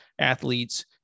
athletes